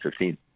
15